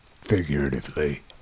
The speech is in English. Figuratively